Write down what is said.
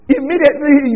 immediately